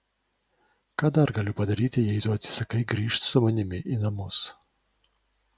ką dar galiu padaryti jei tu atsisakai grįžt su manimi į namus